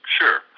Sure